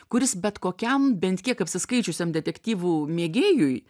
kuris bet kokiam bent kiek apsiskaičiusiam detektyvų mėgėjui